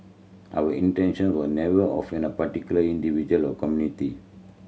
our intention were never offend a particular individual or community